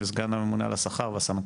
מי אמון על המשא ומתן?